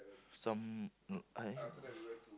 some I